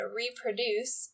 reproduce